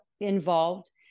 involved